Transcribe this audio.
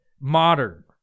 modern